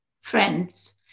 friends